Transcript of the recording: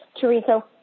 Teresa